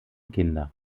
kinder